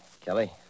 Kelly